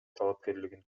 талапкерлигин